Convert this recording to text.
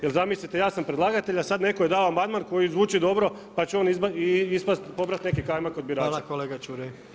Jer zamislite ja sam predlagatelj a sada netko je dao amandman koji zvuči dobro pa će on ispasti, pobrati neki kajmak od birača.